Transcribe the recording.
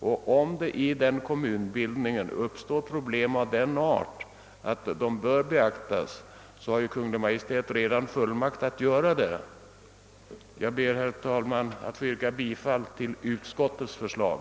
Om inom denna kommunbildning det skulle uppstå problem av den arten att de bör beaktas, har Kungl. Maj:t redan fullmakt att vidta erforderliga justeringar. Jag ber, herr talman, att få yrka bifall till utskottets förslag.